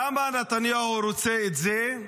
למה נתניהו רוצה את זה?